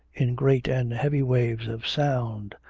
in great and heavy waves of sound.